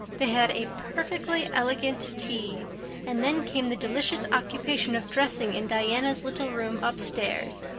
they had a perfectly elegant tea and then came the delicious occupation of dressing in diana's little room upstairs.